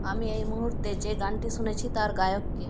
আমি এই মুহুর্তে যে গানটি শুনেছি তার গায়ক কে